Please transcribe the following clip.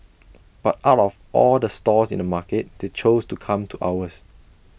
but out of all the stalls in the market they chose to come to ours